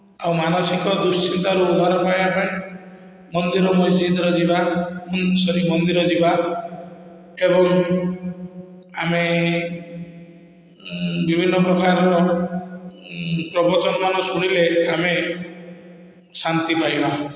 ଆଉ ମାନସିକ ଦୁଶ୍ଚିନ୍ତାରୁ ଉଦ୍ଧାର ପାଇବା ପାଇଁ ମନ୍ଦିର ମସଜିଦର ଯିବା ସରୀ ମନ୍ଦିର ଯିବା ଏବଂ ଆମେ ବିଭିନ୍ନ ପ୍ରକାରର ପ୍ରବଚନ ମାନ ଶୁଣିଲେ ଆମେ ଶାନ୍ତି ପାଇବା